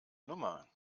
nummer